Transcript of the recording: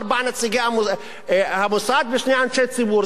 ארבעה נציגי המוסד ושני אנשי ציבור.